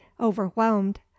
overwhelmed